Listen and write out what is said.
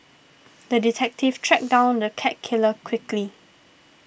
the detective tracked down the cat killer quickly